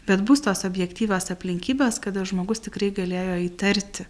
bet bus tos objektyvios aplinkybės kada žmogus tikrai galėjo įtarti